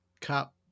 cup